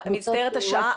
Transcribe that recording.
השעה